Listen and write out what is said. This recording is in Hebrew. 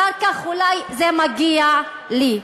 אחר כך אולי זה "מגיע לי".